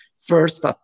first